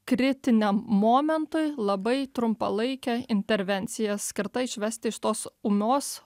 kritiniam momentui labai trumpalaikė intervencija skirta išvesti iš tos ūmios